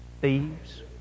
thieves